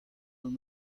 hon